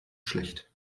schlecht